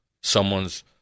someone's